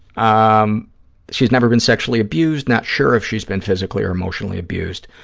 um she's never been sexually abused, not sure if she's been physically or emotionally abused.